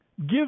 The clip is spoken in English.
Give